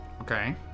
Okay